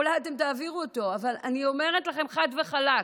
אולי אתם תעבירו אותו, אבל אני אומרת לכם חד וחלק: